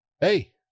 Hey